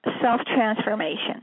self-transformation